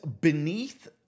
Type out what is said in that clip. beneath